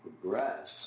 progress